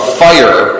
fire